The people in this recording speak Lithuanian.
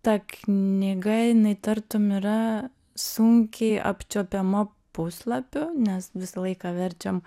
ta knyga jinai tartum yra sunkiai apčiuopiama puslapiu nes visą laiką verčiam